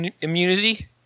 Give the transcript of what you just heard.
immunity